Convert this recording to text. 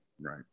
Right